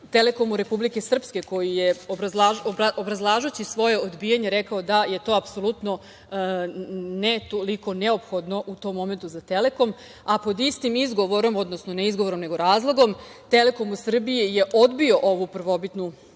„Telekomu“ Republike Srpske koji je obrazlažući svoje odbijanje rekao da je to apsolutno ne toliko neophodno u tom momentu za „Telekom“, a pod istim izgovorom, odnosno ne izgovorom nego razlogom „Telekom“ Srbije je odbio ovu prvobitnu Đilasovu